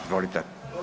Izvolite.